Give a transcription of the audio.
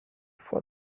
for